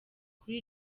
kuri